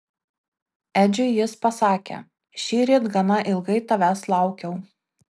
edžiui jis pasakė šįryt gana ilgai tavęs laukiau